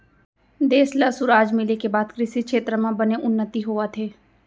देस ल सुराज मिले के बाद कृसि छेत्र म बने उन्नति होवत हे